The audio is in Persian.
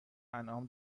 انعام